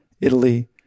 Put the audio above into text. Italy